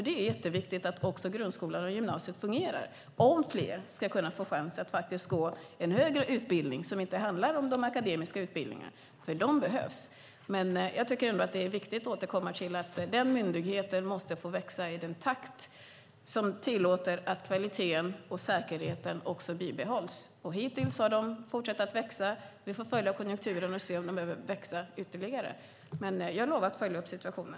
Det är jätteviktigt att grundskolan och gymnasiet fungerar om fler ska kunna få chansen att gå en högre utbildning som inte handlar om de akademiska utbildningarna, för de behövs. Det är viktigt att återkomma till att myndigheten måste få växa i den takt som tillåter att kvaliteten och säkerheten bibehålls. Hittills har den fortsatt att växa. Vi får följa konjunkturen och se om den behöver växa ytterligare. Jag lovar att följa upp situationen.